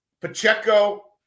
Pacheco